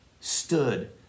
stood